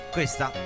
Questa